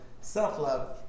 Self-love